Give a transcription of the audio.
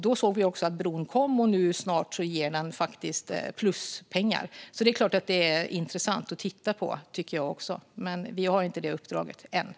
Vi ser att bron kom och att den nu faktiskt snart ger pluspengar. Det är klart att jag också tycker att det är intressant att titta på, men vi har inte det uppdraget ännu.